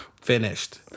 Finished